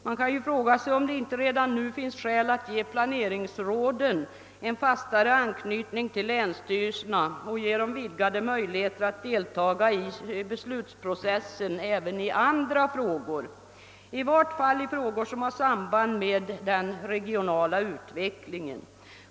Man kan fråga sig, om det inte redan nu finns skäl att ge planeringsråden en fastare anknytning till länsstyrelserna och ge dem vidgade möjligheter att delta i beslutsprocessen även i andra frågor, i vart fall i frågor som har samband med den regionala utvecklingen.